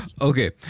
Okay